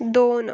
दोन